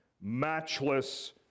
matchless